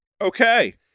Okay